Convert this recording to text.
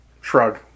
shrug